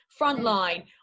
frontline